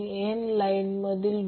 4 मिळाले म्हणजे ते 1